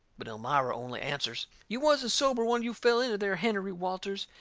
but elmira only answers you wasn't sober when you fell into there, hennerey walters.